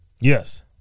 Yes